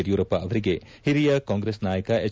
ಯಡಿಯೂರಪ್ಪ ಅವರಿಗೆ ಹಿರಿಯ ಕಾಂಗ್ರೆಸ್ ನಾಯಕ ಎಚ್